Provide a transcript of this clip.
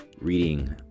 reading